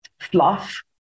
fluff